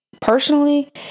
Personally